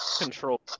Control